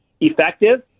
effective